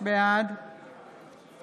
בעד